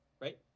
right